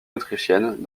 autrichiennes